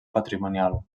patrimonial